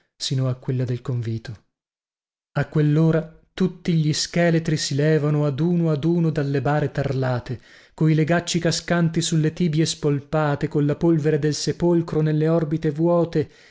sino a quella del convito a quellora tutti gli scheletri si levano ad uno ad uno dalle bare tarlate coi legacci cascanti sulle tibie spolpate colla polvere del sepolcro nelle orbite vuote